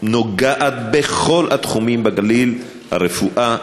שנוגעת בכל התחומים בגליל: הרפואה,